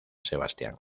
sebastián